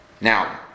Now